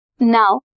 Now